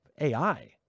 AI